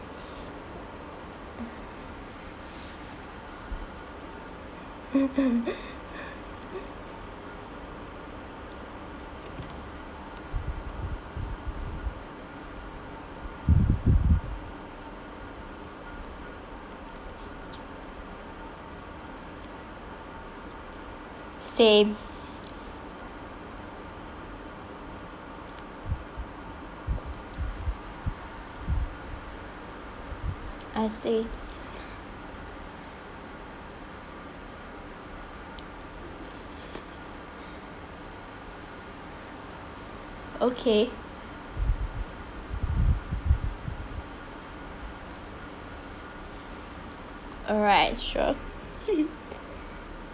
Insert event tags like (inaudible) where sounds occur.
(laughs) same I see okay all right sure (laughs)